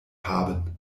haben